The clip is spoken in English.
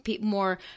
more